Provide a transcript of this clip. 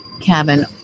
cabin